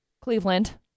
Cleveland